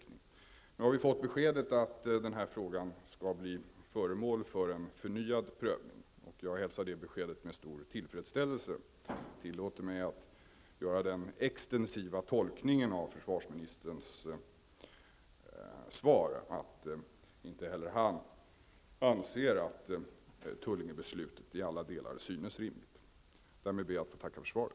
Nu har vi fått beskedet att denna fråga skall bli föremål för en förnyad prövning, och jag hälsar det beskedet med stor tillfredställelse. Jag tillåter mig att göra den extensiva tolkningen av försvarsministerns svar att inte heller han anser att Tullingebeslutet i alla delar synes rimligt. Därmed ber jag att få tacka för svaret.